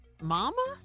Mama